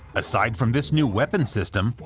aside from this new weapon system,